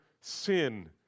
sin